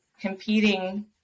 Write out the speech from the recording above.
competing